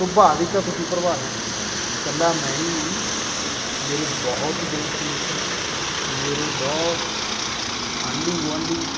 ਸੁਭਾਵਿਕ ਹੈ ਤੁਸੀਂ ਪ੍ਰਭਾਵਿਤ ਹੋ ਜਾਂਦੇ ਹੋ ਇਕੱਲਾ ਮੈਂ ਹੀ ਨਹੀਂ ਮੇਰੇ ਬਹੁਤ ਦੋਸਤ ਮਿੱਤਰ ਮੇਰੇ ਬਹੁਤ ਆਂਢੀ ਗੁਆਂਢੀ